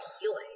healing